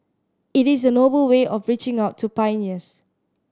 it is a noble way of reaching out to pioneers